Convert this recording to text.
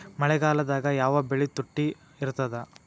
ಮಳೆಗಾಲದಾಗ ಯಾವ ಬೆಳಿ ತುಟ್ಟಿ ಇರ್ತದ?